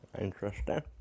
Interesting